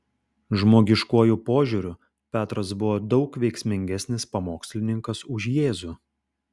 žmogiškuoju požiūriu petras buvo daug veiksmingesnis pamokslininkas už jėzų